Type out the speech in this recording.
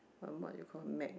um what you call Mag